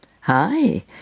Hi